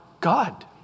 God